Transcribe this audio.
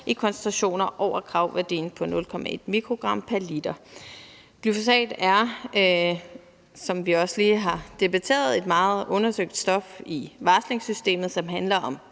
i koncentrationer over kravværdien på 0,1 mikrogram pr. liter. Glyfosat er, som vi også lige har debatteret, et meget undersøgt stof i varslingssystemet, som handler om